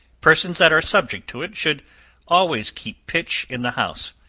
persons that are subject to it, should always keep pitch in the house